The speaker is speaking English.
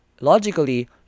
logically